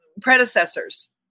predecessors